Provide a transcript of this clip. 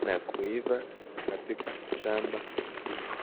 na kuiva katika shamba hili.